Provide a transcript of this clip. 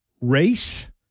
race